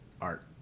art